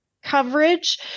coverage